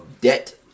debt